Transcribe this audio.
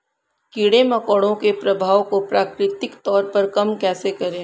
कीड़े मकोड़ों के प्रभाव को प्राकृतिक तौर पर कम कैसे करें?